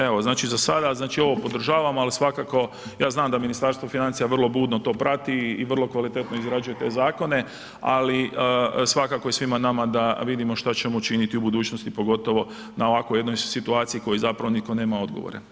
Evo, znači za sada, znači ovo podržavam, ali svakako, ja znam da Ministarstvo financija vrlo budno to prati i vrlo kvalitetno izrađuje te zakone, ali, svakako i svima nama da vidimo što ćemo učiniti u budućnosti, pogotovo na ovako jednoj situaciji na koju zapravo nitko nema odgovora.